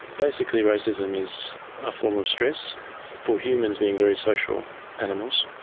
basically racism is a form of stress. for humans, being very social animals,